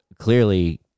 Clearly